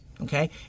Okay